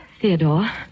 Theodore